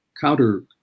counter